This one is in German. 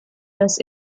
dass